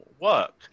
work